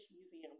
Museum